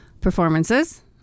performances